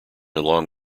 along